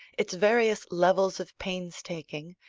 its various levels of painstaking,